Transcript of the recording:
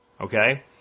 Okay